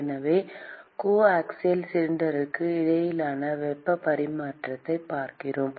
எனவே கோஆக்சியல் சிலிண்டர்களுக்கு இடையிலான வெப்ப பரிமாற்றத்தைப் பார்க்கிறோம்